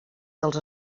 dels